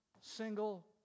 single